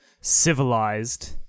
civilized